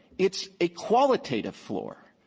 it's a qualitative floor,